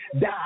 die